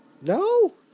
No